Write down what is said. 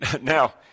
Now